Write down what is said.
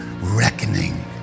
reckoning